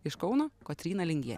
iš kauno kotryna lingienė